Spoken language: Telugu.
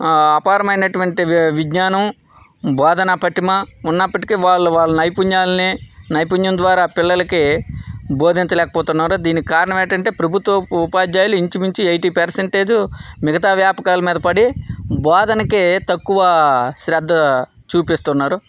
అపారమైనటువంటి విజ్ఞానం బోధనా పటిమ ఉన్నప్పటికి వాళ్ళు వాళ్ళ నైపుణ్యాలని నైపుణ్యం ద్వారా పిల్లలకి బోధించలేకపోతున్నారు దీనికి కారణమేంటంటే ప్రభుత్వ ఉపాధ్యాయులు ఇంచుమించు ఎయిటీ పర్సెంటేజ్ మిగతా వ్యాపకాల మీద పడి బోధనకి తక్కువ శ్రద్ధ చూపిస్తున్నారు